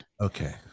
Okay